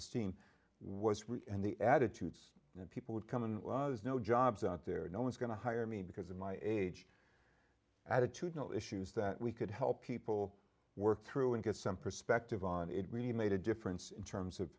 esteem was in the attitudes of people would come in as no jobs out there no one's going to hire me because of my age attitudinal issues that we could help people work through and get some perspective on it we made a difference in terms of